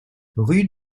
rue